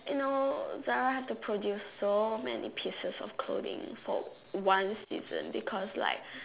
you know Zara have to produce so many pieces of clothing's for one season because like